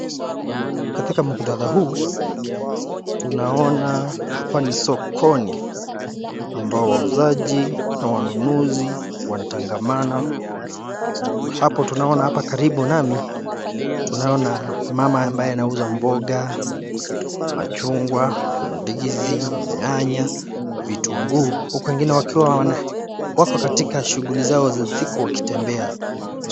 Katika muktadha huu tunaona hapa ni sokoni ambao wauzaji na wananuzi wanatangamana. Hapo tunaona hapa karibu nami tunaona mama ambaye anauza mboga, machungwa, ndizi, nyanya, vitunguu. Huku wengine wakiwa wana wako katika shughuli za za siku wakitembea